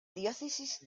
diócesis